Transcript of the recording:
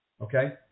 Okay